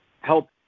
help